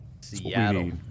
Seattle